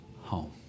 home